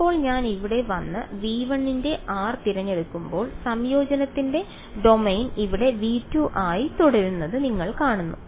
ഇപ്പോൾ ഞാൻ ഇവിടെ വന്ന് V1 ന്റെ r തിരഞ്ഞെടുക്കുമ്പോൾ സംയോജനത്തിന്റെ ഡൊമെയ്ൻ ഇവിടെ V2 ആയി തുടരുന്നത് നിങ്ങൾ കാണുന്നു